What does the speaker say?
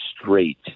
straight